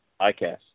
ICAST